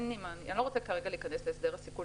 אני לא רוצה להיכנס כרגע להסדר הסיכול